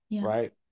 Right